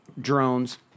drones